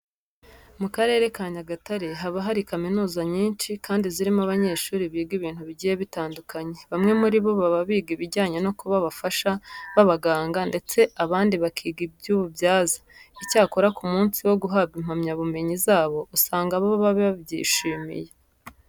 Mu Karere ka Nyagatare haba hari kaminuza nyinshi kandi zirimo abanyeshuri biga ibintu bigiye bitandukanye. Bamwe muri bo baba biga ibijyanye no kuba abafasha b'abaganga ndetse abandi bakiga iby'ububyaza. Icyakora ku munsi wo guhabwa impamyabumenyi zabo usanga baba babyishimiye.